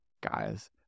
guys